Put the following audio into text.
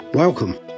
Welcome